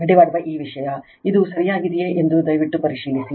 ಇದು ಸರಿಯಾಗಿದೆಯೆ ಎಂದು ದಯವಿಟ್ಟು ಪರಿಶೀಲಿಸಿ